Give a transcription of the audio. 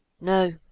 no